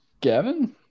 Gavin